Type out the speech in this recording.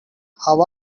how